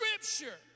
scripture